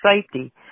Safety